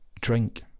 drink